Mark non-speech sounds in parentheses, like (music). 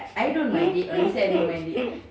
(laughs)